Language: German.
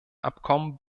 abkommen